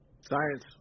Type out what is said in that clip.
Science